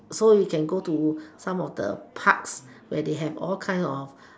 so you can go to some of the parks where they have all kind of